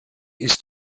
ist